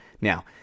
Now